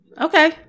Okay